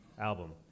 album